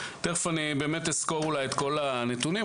תיכף אסקור את כל הנתונים.